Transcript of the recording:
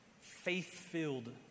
faith-filled